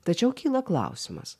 tačiau kyla klausimas